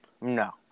No